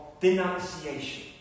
denunciation